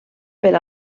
per